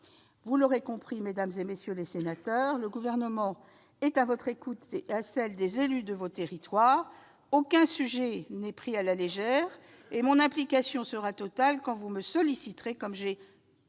Vous l'aurez compris, mesdames, messieurs les sénateurs, le Gouvernement est à votre écoute et à celle des élus de vos territoires. Aucun sujet n'est pris à la légère, et mon implication sera totale quand vous me solliciterez, comme j'ai pu